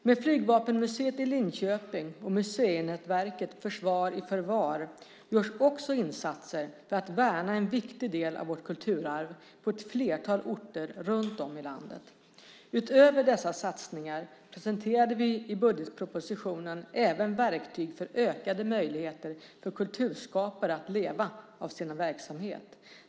Med Flygvapenmuseet i Linköping och museinätverket Försvar i förvar görs också insatser för att värna en viktig del av vårt kulturarv på ett flertal orter runt om i landet. Utöver dessa satsningar presenterade vi i budgetpropositionen även verktyg för ökade möjligheter för kulturskapare att leva av sin verksamhet.